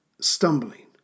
stumbling